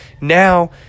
Now